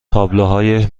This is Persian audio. تابلوهای